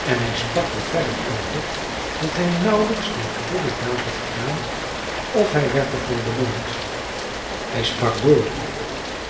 en hij sprak er verder over dat hij nauwlijks die goede daad had gedaan of hij werd er voor beloond hij sprak door